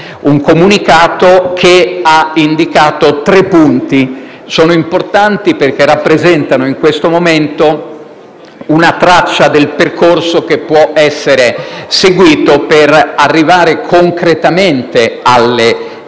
un comunicato che ha indicato tre punti; sono importanti perché rappresentano in questo momento una traccia del percorso che può essere seguito per arrivare concretamente alle elezioni,